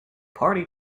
party